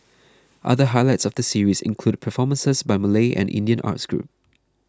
other highlights of the series include performances by Malay and Indian arts groups